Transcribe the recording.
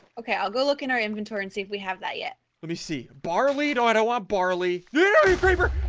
okay, i'll go look in our inventory and see if we have that yet. let me see barley oh, i don't want barley very paper